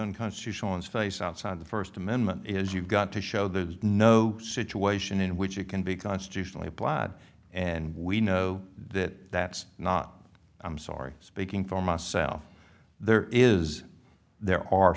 unconstitutional is face outside the first amendment is you've got to show there's no situation in which it can be constitutionally applied and we know that that's not i'm sorry speaking for myself there is there are